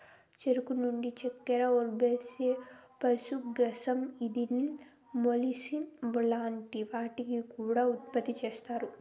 చెరుకు నుండి చక్కర, బగస్సే, పశుగ్రాసం, ఇథనాల్, మొలాసిస్ లాంటి వాటిని కూడా ఉత్పతి చేస్తారు